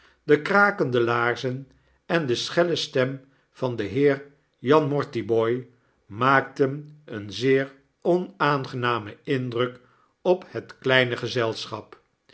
de krakende laarzen en de schelle stem van den heer jan mortibooi maakten een zeer onaangenamen indruk op het kleine gezelschap